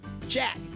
Jack